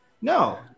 no